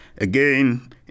Again